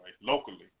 locally